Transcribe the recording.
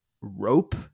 rope